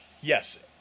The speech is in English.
Yes